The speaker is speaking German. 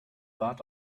bad